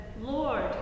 Lord